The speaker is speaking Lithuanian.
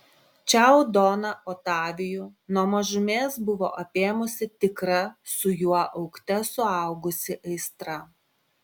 čiau doną otavijų nuo mažumės buvo apėmusi tikra su juo augte suaugusi aistra